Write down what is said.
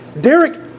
Derek –